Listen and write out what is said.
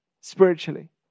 spiritually